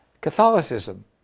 Catholicism